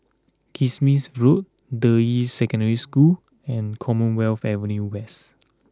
Kismis Road Deyi Secondary School and Commonwealth Avenue West